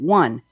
one